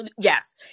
yes